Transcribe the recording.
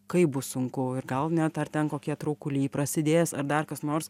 kaip bus sunku ir gal net ar ten kokie traukuliai prasidės ar dar kas nors